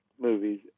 movies